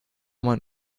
man